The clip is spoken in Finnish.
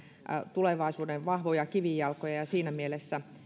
tulevaisuuden vahvoja kivijalkoja siinä mielessä